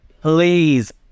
Please